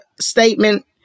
statement